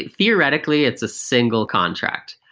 theoretically, it's a single contract.